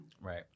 Right